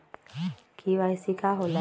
KYC का होला?